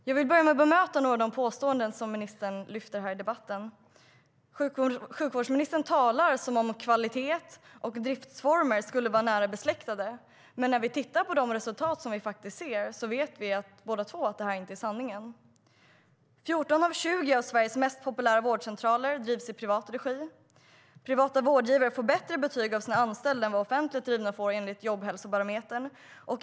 Herr talman! Jag vill börja med att bemöta några av de påståenden som ministern lyfte fram i debatten.14 av 20 av Sveriges mest populära vårdcentraler drivs i privat regi. Privata vårdgivare får bättre betyg av sina anställda än vad offentligt drivna får enligt Jobbhälsobarometern.